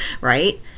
right